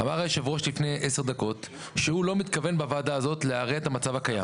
אמר לפני עשר דקות שהוא אינו מתכוון להרע את המצב הקיים.